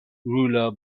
ruler